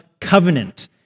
Covenant